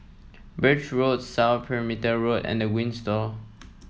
Birch Road South Perimeter Road and The Windsor